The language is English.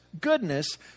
goodness